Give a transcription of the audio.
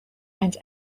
and